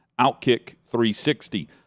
OutKick360